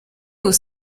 aux